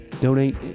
Donate